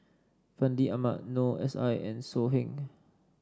Fandi Ahmad Noor S I and So Heng